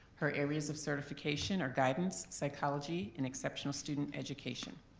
her areas of certification are guidance, psychology, and exceptional student education.